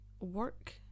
work